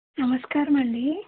నమస్కారమండీ